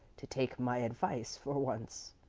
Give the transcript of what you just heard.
to take my advice for once.